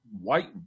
white